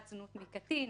זנות מקטין.